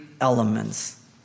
elements